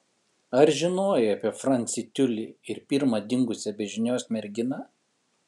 ar žinojai apie francį tiulį ir pirmą dingusią be žinios merginą